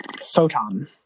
photon